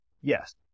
yes